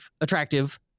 attractive